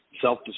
Self